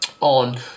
On